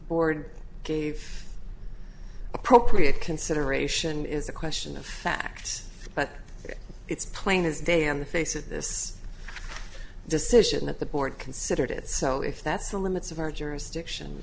board gave appropriate consideration is a question of fact but it's plain as day on the face of this decision that the board can see heard it so if that's the limits of our jurisdiction